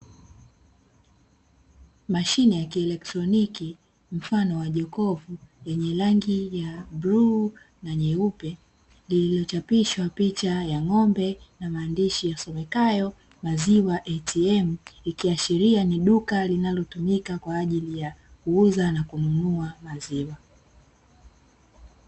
Mashine ya kielektroniki mfano wa jokofu yenye rangi ya bluu na nyeupe, iliyochapishwa picha ya ng’ombe na maandishi yasomekayo "maziwa ATM". Ikiashiria ni duka linalotumika kwa ajili ya kuuza na kununua maziwa.